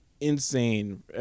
insane